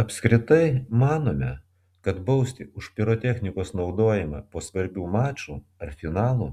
apskritai manome kad bausti už pirotechnikos naudojimą po svarbių mačų ar finalų